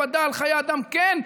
הקפדה על חיי אדם, כן.